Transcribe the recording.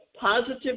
positive